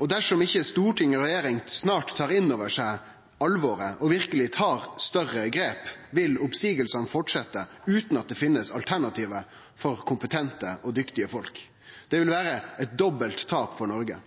og dersom ikkje Stortinget og regjeringa snart tar innover seg alvoret og verkeleg tar større grep, vil oppseiingane fortsetje utan at det finst alternativ for kompetente og dyktige folk. Det vil vere eit dobbelt tap for Noreg.